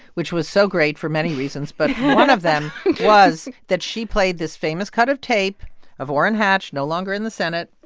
which was so great for many reasons. but one of them was that she played this famous cut of tape of orrin hatch, no longer in the senate,